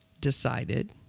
decided